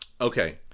Okay